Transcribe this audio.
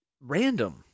random